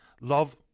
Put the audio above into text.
love